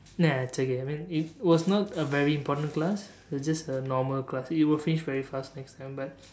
nah it's okay I mean it was not a very important class it's just a normal class it will finish very fast next sem but